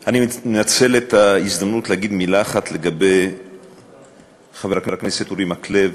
אני מנצל את ההזדמנות להגיד מילה אחת לגבי חבר הכנסת אורי מקלב,